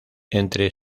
entre